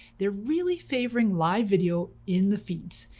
they're really favoring live video in the feeds.